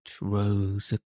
rose